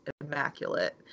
immaculate